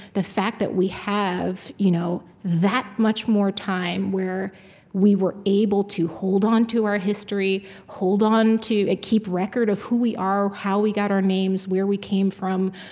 the fact that we have you know that much more time where we were able to hold onto our history, hold onto keep record of who we are, how we got our names, where we came from,